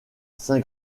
saint